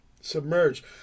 Submerge